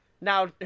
Now